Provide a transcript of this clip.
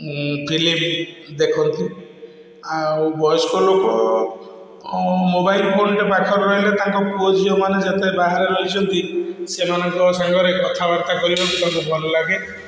ଉଁ ଫିଲ୍ମ ଦେଖନ୍ତି ଆଉ ବୟସ୍କ ଲୋକ ମୋବାଇଲ୍ ଫୋନ୍ଟେ ପାଖରେ ରହିଲେ ତାଙ୍କ ପୁଅ ଝିଅମାନେ ଯେତେ ବାହାରେ ରହିଛନ୍ତି ସେମାନଙ୍କ ସାଙ୍ଗରେ କଥାବାର୍ତ୍ତା କରିବାକୁ ତାଙ୍କୁ ଭଲଲାଗେ